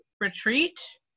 retreat